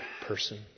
person